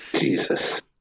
Jesus